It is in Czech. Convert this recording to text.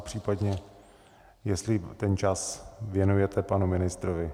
Případně, jestli ten čas věnujete panu ministrovi.